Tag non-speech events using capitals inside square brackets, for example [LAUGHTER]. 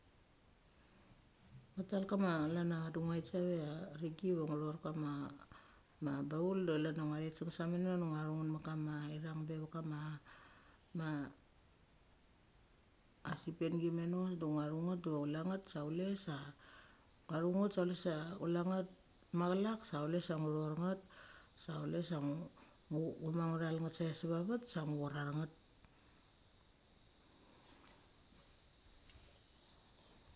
Ngo tal kama chlan cha vadi ngo thet savecha renggi ve ngo chor kama [NOISE] ma baul de chlan cha ngo thet sanget sa mano de ngia uthu nget mek ka ma ithang bevek kama ma, [NOISE] asepangi menode ngo thu nget diva chule nget sa chule sa, nga tho nget sa chule sa kulea nget machalak sa chule sa ngu thor nget. Sa chule sa [HESITATION] ngu ma nguthal nget save va vet, sa nguacherarek nget. [NOISE]